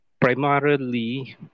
Primarily